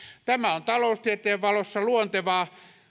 tämä on taloustieteen valossa luontevaa